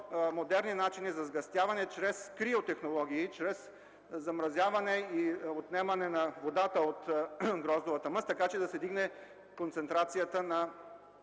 по-модерни начини за сгъстяване чрез криотехнологии, чрез замразяване и отнемане на водата от гроздовата мъст, така че да се вдигне концентрацията на